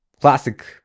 Classic